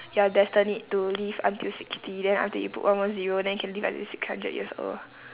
you are destined to live until sixty then after that you put one more zero then you can live until six hundred years old